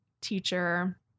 teacher